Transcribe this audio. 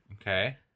Okay